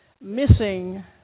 missing